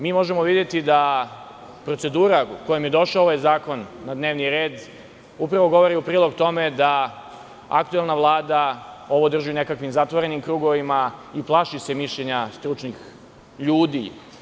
Mi možemo videti da procedura u kojoj je došao ovaj zakon na dnevni red upravo govori u prilog tome da aktuelna Vlada ovo drži u nekakvim zatvorenim krugovima i plaši se mišljenja stručnih ljudi.